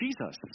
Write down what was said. Jesus